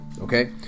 Okay